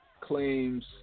Claims